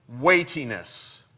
weightiness